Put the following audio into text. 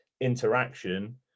interaction